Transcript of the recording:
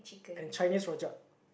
and Chinese rojak